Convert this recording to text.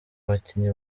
bakinyi